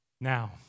Now